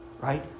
right